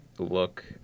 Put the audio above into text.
look